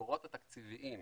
במקורות התקציביים.